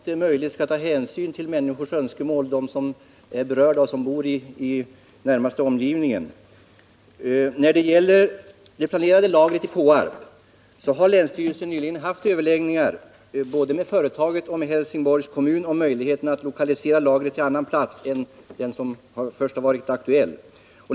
Herr talman! Jag delar Grethe Lundblads uppfattning att man så långt det är möjligt skall ta hänsyn till önskemålen hos de människor som är berörda och som bor i den närmaste omgivningen. Beträffande det planerade lagret i Påarp har länsstyrelsen nyligen haft överläggningar med både företaget och Helsingborgs kommun om möjligheten att lokalisera lagret till annan plats än den först aktuella.